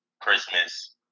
Christmas